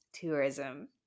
tourism